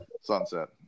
sunset